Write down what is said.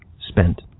spent